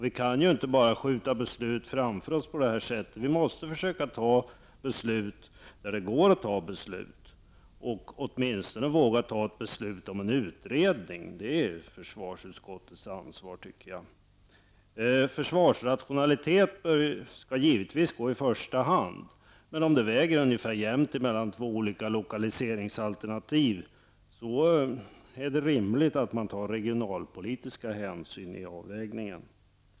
Vi kan inte bara skjuta beslut framför oss, utan vi måste försöka fatta beslut i frågor där detta är möjligt, åtminstone våga fatta beslut om en utredning. Det är försvarsutskottets ansvar, tycker jag. Försvarsrationalitet skall givetvis gå i första hand, men om det väger ungefär jämnt mellan två olika lokaliseringsalternativ, är det rimligt att ta regionalpolitiska hänsyn i avvägningen.